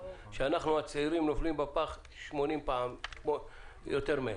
שאנחנו הצעירים נופלים בפח 80 פעם יותר מהם.